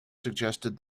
suggested